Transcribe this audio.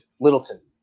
Littleton